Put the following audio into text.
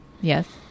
yes